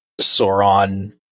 Sauron